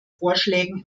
vorschlägen